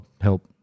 help